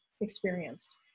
experienced